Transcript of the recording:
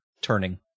turning